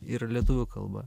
ir lietuvių kalba